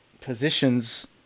positions